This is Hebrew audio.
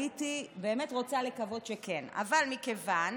הייתי באמת רוצה לקוות שכן, אבל מכיוון